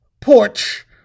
porch